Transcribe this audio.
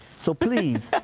so please